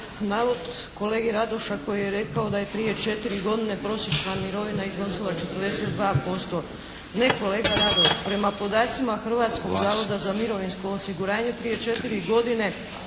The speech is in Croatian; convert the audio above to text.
navod kolege Radoša koji je rekao da je prije 4 godine prosječna mirovina iznosila 42%. Ne kolega Radoš, prema podacima Hrvatskog zavoda za mirovinsko osiguranje prije 4 godine